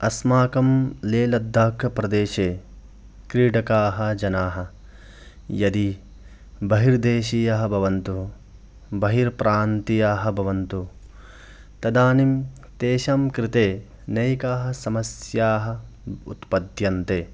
अस्माकं लेह्लद्दाखप्रदेशे क्रीडकाः जनाः यदि बहिर्देशीयाः भवन्तु बहिर्प्रान्तीयाः भवन्तु तदानीं तेषां कृते अनेकाः समस्याः उत्पद्यन्ते